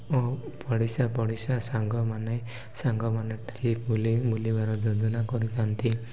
ଓ ପଡ଼ିଶା ପଡ଼ିଶା ସାଙ୍ଗମାନେ ସାଙ୍ଗମାନେ ଠିକ୍ ବୁଲି ବୁଲିବାର ଯୋଜନା କରିଥାନ୍ତି